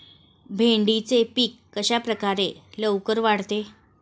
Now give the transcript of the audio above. भेंडीचे पीक कशाप्रकारे लवकर वाढते?